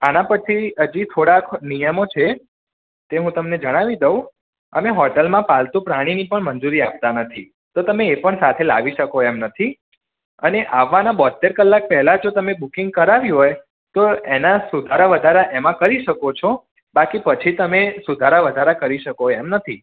આના પછી હજી થોડાક નિયમો છે તે હું તમને જણાવી દઉં અને હોટલમાં પાલતું પ્રાણીની પણ મંજૂરી આપતા નથી તો તમે એ પણ સાથે લાવી શકો એમ નથી અને આવવાનાં બોંતેર કલાક પહેલાં જો તમે બૂકિંગ કરવી હોય તો એના સુધારા વધારા એમાં કરી શકો છો બાકી પછી તમે સુધારા વધારા કરી શકો એમ નથી